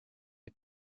est